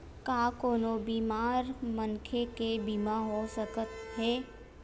का कोनो बीमार मनखे के बीमा हो सकत हे?